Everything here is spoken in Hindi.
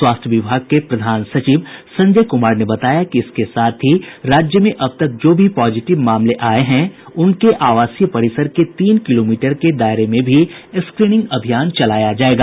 स्वास्थ्य विभाग के प्रधान सचिव संजय कुमार ने बताया कि इसके साथ ही राज्य में अब तक जो भी पॉजिटिव मामले आये हैं उनके आवासीय परिसर के तीन किलोमीटर के दायरे में भी स्क्रीनिंग अभियान चलाया जायेगा